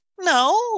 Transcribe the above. no